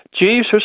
Jesus